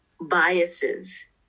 biases